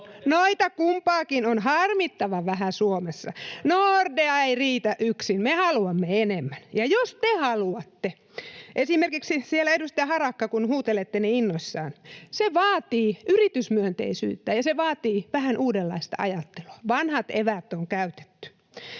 Noita kumpaakin on harmittavan vähän Suomessa. — Nordea ei yksin riitä. Me haluamme enemmän. Ja jos te haluatte, esimerkiksi te siellä, edustaja Harakka, kun huutelette niin innoissanne, se vaatii yritysmyönteisyyttä ja se vaatii vähän uudenlaista ajattelua. Vanhat eväät on käytetty.